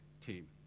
team